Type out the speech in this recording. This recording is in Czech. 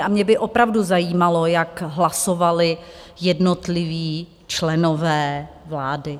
A mě by opravdu zajímalo, jak hlasovali jednotliví členové vlády.